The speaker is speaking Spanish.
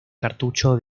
cartucho